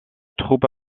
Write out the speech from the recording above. troupes